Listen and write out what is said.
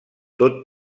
tot